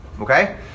okay